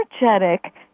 energetic